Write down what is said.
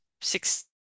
six